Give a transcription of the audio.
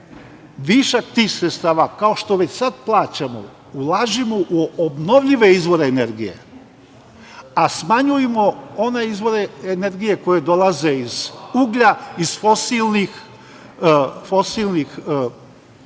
Višak tih sredstava, kao što već sad plaćamo, ulažimo u obnovljive izvore energije, a smanjujmo one izvore energije koje dolaze iz uglja, iz fosilnih ruda,